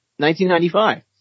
1995